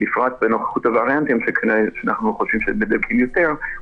בפרט בנוכחות הווריאנטים שאנחנו חושבים שהם מדבקים יותר,